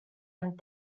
amb